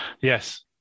yes